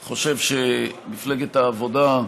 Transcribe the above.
אני חושב שמפלגת העבודה,